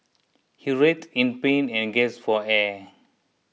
he writhed in pain and gasped for air